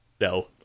No